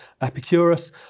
Epicurus